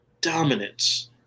dominance